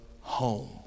home